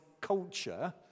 culture